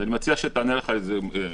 אז אני מציע שתענה לך כרמית.